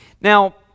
now